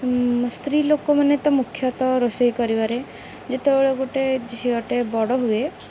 ସ୍ତ୍ରୀ ଲୋକମାନେ ତ ମୁଖ୍ୟତଃ ରୋଷେଇ କରିବାରେ ଯେତେବେଳେ ଗୋଟିଏ ଝିଅଟେ ବଡ଼ ହୁଏ